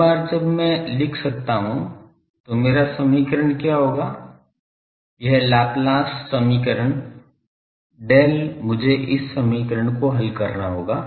एक बार जब मैं लिख सकता हूं तो मेरा समीकरण क्या होगा यह लाप्लास समीकरण Del मुझे इस समीकरण को हल करना होगा